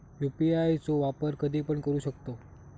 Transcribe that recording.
UPI चो वापर कधीपण करू शकतव?